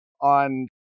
on